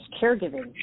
caregiving